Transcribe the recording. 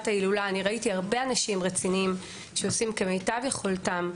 ההילולה ראיתי הרבה אנשים רציניים שעושים כמיטב יכולתם,